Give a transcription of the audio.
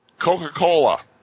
Coca-Cola